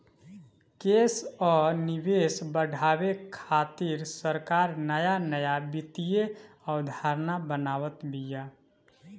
देस कअ निवेश बढ़ावे खातिर सरकार नया नया वित्तीय अवधारणा बनावत बिया